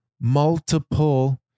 multiple